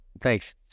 thanks